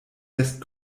lässt